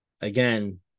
Again